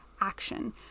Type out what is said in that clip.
action